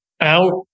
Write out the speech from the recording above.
out